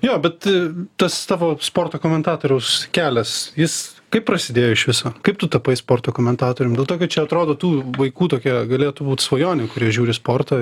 jo bet tas tavo sporto komentatoriaus kelias jis kaip prasidėjo iš viso kaip tu tapai sporto komentatorium dėl to kad čia atrodo tų vaikų tokia galėtų būt svajonė kurie žiūri sportą